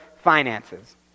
finances